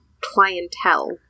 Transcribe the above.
clientele